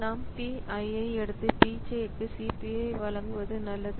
நாம் P i ஐ எடுத்து P j க்கு CPU ஐ வழங்குவது நல்லது